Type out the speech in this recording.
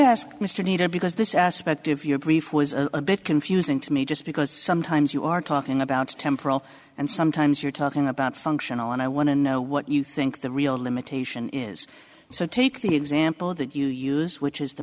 ask mr nader because this aspect of your brief was a bit confusing to me just because sometimes you are talking about temporal and sometimes you're talking about functional and i want to know what you think the real limitation is so take the example that you use which is the